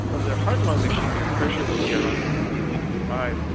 on the heart-lung machine your pressure will be around sixty, sixty five,